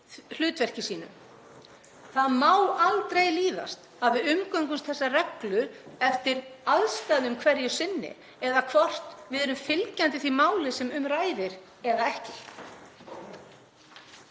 hlutverki sínu. Það má aldrei líðast að við umgöngumst þessa reglu eftir aðstæðum hverju sinni eða því hvort við erum fylgjandi því máli sem um ræðir eða ekki.